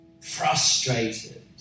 frustrated